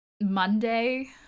Monday